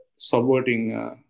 subverting